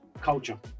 Culture